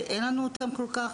שאין לנו אותם כל כך.